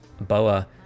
boa